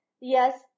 yes